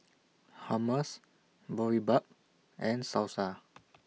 Hummus Boribap and Salsa